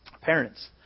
parents